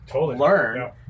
learn